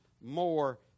more